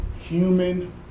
human